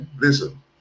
listen